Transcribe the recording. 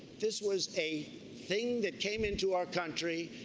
this was a thing that came into our country,